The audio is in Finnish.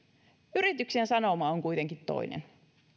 yrityksien sanoma on kuitenkin toinen